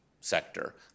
sector